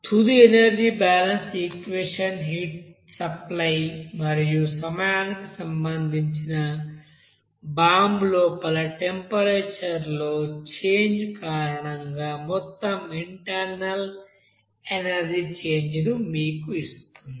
తుది energy balance equation heat supply మరియు సమయానికి సంబంధించి బాంబు లోపల టెంపరేచర్లో చేంజ్ కారణంగా మొత్తం ఇంటర్నల్ ఎనర్జీ చేంజ్ ను మీకు ఇస్తుంది